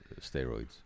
steroids